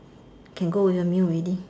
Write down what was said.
can go with a meal already